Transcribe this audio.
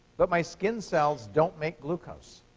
but my skin cells don't make glucose.